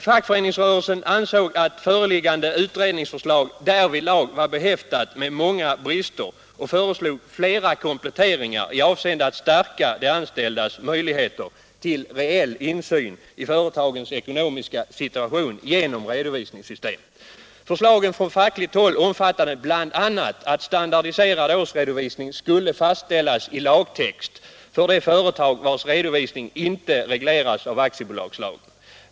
Fackföreningsrörelsen ansåg att föreliggande utredningsförslag därvidlag var behäftat med många brister och föreslog flera kompletteringar i avsikt att stärka de anställdas möjligheter till reell insyn i företagens ekonomiska situation genom redovisningssystemet. Förslagen från fackligt håll omfattade bl.a. att standardiserad årsredovisning skulle fastställas i lagtext för de företag vilkas redovisning inte regleras av aktiebolagslagen.